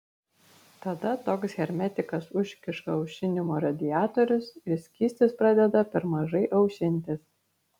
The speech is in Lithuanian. tada toks hermetikas užkiša aušinimo radiatorius ir skystis pradeda per mažai aušintis